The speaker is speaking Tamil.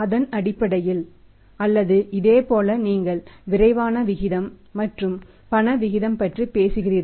அதன் அடிப்படையில் அல்லது இதேபோல் நீங்கள் விரைவான விகிதம் மற்றும் பண விகிதம் பற்றி பேசுகிறீர்கள்